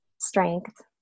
strength